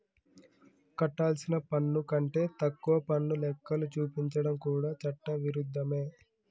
కట్టాల్సిన పన్ను కంటే తక్కువ పన్ను లెక్కలు చూపించడం కూడా చట్ట విరుద్ధమే